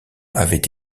avait